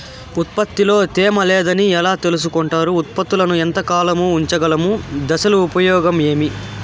ఉత్పత్తి లో తేమ లేదని ఎలా తెలుసుకొంటారు ఉత్పత్తులను ఎంత కాలము ఉంచగలము దశలు ఉపయోగం ఏమి?